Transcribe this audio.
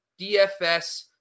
DFS